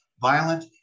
violent